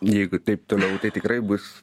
jeigu taip toliau tai tikrai bus